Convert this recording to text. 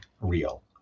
real